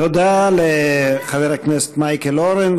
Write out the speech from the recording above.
תודה לחבר הכנסת מייקל אורן.